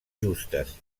justes